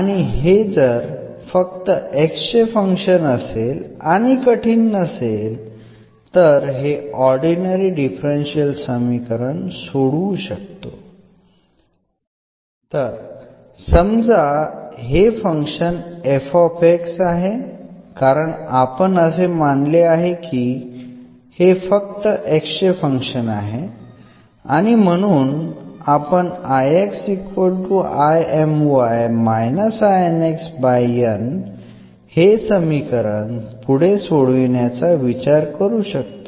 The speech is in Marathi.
आणि हे जर फक्त x चे फंक्शन असेल आणि कठीण नसेल तर आपण हे ऑर्डिनरी डिफरन्शियल समीकरण सोडवू शकतो तर समजा हे फंक्शन आहे कारण आपण असे मानले आहे की हे फक्त x चे फंक्शन आहे आणि म्हणून आपण हे समीकरण पुढे सोडवण्याचा विचार करू शकतो